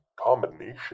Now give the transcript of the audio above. combination